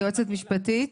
היועצת המשפטית,